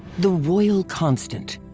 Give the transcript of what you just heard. the royal constant.